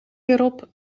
erop